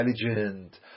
intelligent